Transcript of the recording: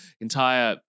entire